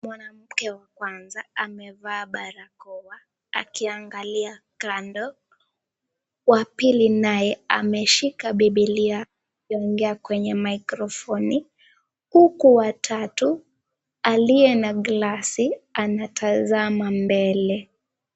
Mwanamke wa kwanza amevaa barakoa akiangalia kando wa pili naye ameshika bibilia akiongea kwenye maikrofoni. Huku wa tatu aliye na glasi anatazama mbele.